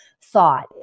thought